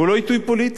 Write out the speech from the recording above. הוא לא עיתוי פוליטי,